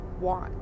want